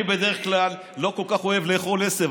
אני בדרך כלל לא כל כך אוהב לאכול עשב,